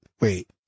Wait